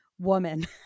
Woman